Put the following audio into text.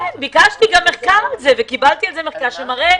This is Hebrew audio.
כן, בקשתי וקבלתי על זה מחקר שמראה,